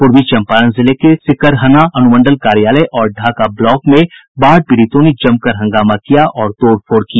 पूर्वी चंपारण जिले के सिकरहना अनुमंडल कार्यालय और ढ़ाका ब्लॉक में बाढ़ पीड़ितों ने जमकर हंगामा किया और तोड़फोड़ की